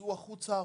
יצאו החוצה הרופאים.